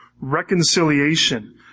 Reconciliation